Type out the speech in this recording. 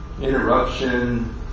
Interruption